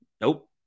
Nope